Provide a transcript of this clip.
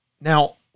Now